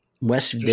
West